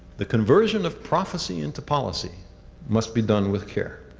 the conversion of prophecy into policy must be done with care.